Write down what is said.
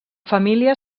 família